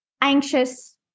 anxious